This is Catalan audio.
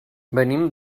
venim